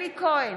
אלי כהן,